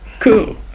Cool